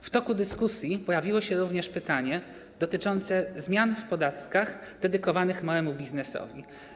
W toku dyskusji pojawiło się również pytanie dotyczące zmian w podatkach dedykowanych małemu biznesowi.